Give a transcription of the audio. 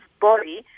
body